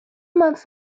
months